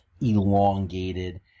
elongated